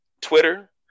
Twitter